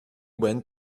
went